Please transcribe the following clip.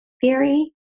theory